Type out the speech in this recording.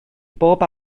bob